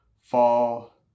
fall